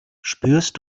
spürst